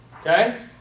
Okay